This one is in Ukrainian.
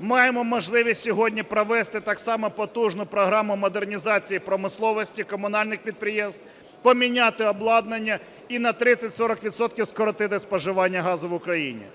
Маємо можливість сьогодні провести так само потужну програму модернізації промисловості, комунальних підприємств, поміняти обладнання і на 30-40 відсотків скоротити споживання газу в Україні.